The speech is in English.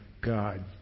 God